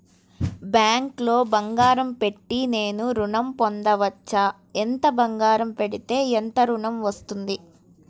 బ్యాంక్లో బంగారం పెట్టి నేను ఋణం పొందవచ్చా? ఎంత బంగారం పెడితే ఎంత ఋణం వస్తుంది?